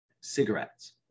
cigarettes